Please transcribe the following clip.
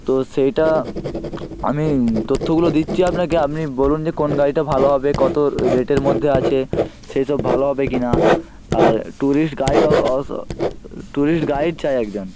তো সেইটা আমি তথ্যগুলো দিচ্ছি আপনাকে আপনি বলুন যে কোন গাড়িটা ভালো হবে কত রেটের মধ্যে আছে সেই সব ভালো হবে কি না আর ট্যুরিস্ট গাইড ট্যুরিস্ট গাইড চাই একজন